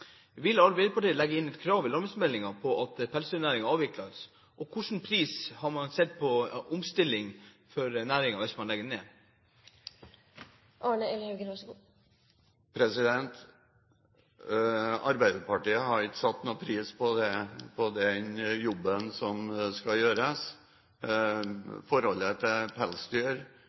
Vil Arbeiderpartiet legge inn et krav i landbruksmeldingen om at pelsdyrnæringen avvikles, og hvilken pris har man satt på omstillingen for næringen, hvis man legger den ned? Arbeiderpartiet har ikke satt noen pris på den jobben som skal gjøres. Forholdet til pelsdyr